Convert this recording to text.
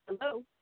hello